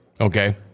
Okay